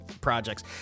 projects